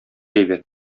әйбәт